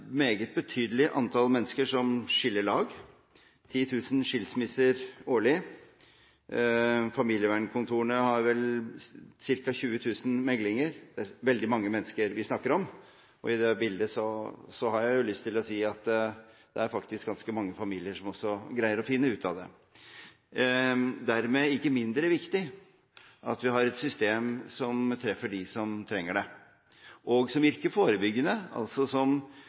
meget betydelig antall mennesker som skiller lag – det er 10 000 skilsmisser årlig. Familievernkontorene har vel ca. 20 000 meglinger. Det er veldig mange mennesker vi snakker om, og i det bildet har jeg lyst til å si at det er faktisk ganske mange familier som også greier å finne ut av det. Men dermed er det ikke mindre viktig at vi har et system som treffer dem som trenger det, og som virker forebyggende.